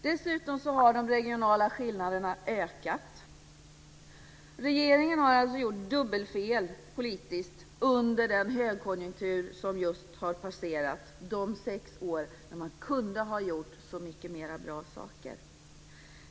Dessutom har de regionala skillnaderna ökat. Regeringen har alltså gjort politiskt dubbelfel under den högkonjunktur som just har passerat - de sex år man kunde ha gjort så mycket mera bra saker.